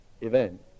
event